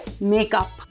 Makeup